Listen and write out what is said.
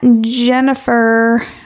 Jennifer